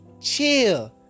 Chill